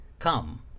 come